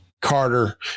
Carter